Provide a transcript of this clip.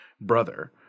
brother